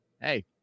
Hey